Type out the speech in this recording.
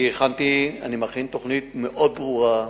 אני מכין תוכנית מאוד ברורה,